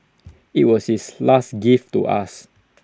IT was his last gift to us